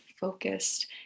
focused